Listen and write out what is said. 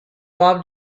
bob